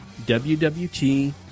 WWT